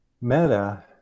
meta